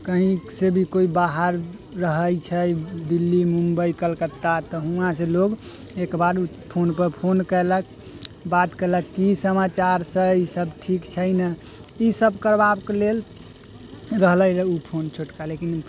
कहीँसँ भी कोइ बाहर रहै छै दिल्ली मुम्बइ कलकत्ता तऽ हुआँसँ लोक एक बार फोनपर फोन केलक बात केलक कि समाचार छै ईसब ठीक छै ने ईसब कहबाके लेल रहलै ओ फोन छोटका लेकिन